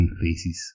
faces